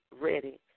ready